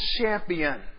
champion